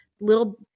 little